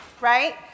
right